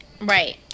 right